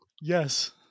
Yes